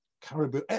caribou